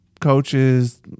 coaches